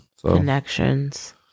Connections